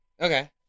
Okay